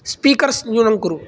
speakers न्यूनं कुरु